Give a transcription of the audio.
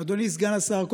אדוני סגן השר,